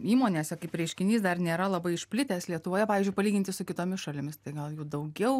įmonėse kaip reiškinys dar nėra labai išplitęs lietuvoje pavyzdžiui palyginti su kitomis šalimis tai gal jų daugiau